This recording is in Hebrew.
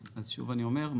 אז שוב אני אומר,